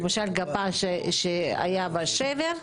למשל גפה שהיה בה שבר,